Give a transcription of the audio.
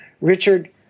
Richard